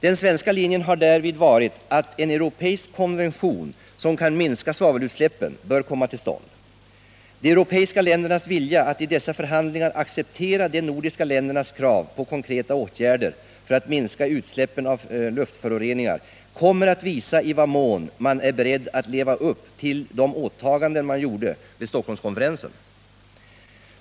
Den svenska linjen har därvid varit att en europeisk konvention som kan minska svavelutsläppen bör komma till stånd. De europeiska ländernas vilja att i dessa förhandlingar acceptera de nordiska ländernas krav på konkreta åtgärder för att minska utsläppen av luftföroreningar kommer att visa i vad mån man är beredd att leva upp till de åtaganden man gjorde vid Stockholmskonferensen.